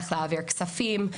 איך להעביר כספים.